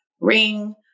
ring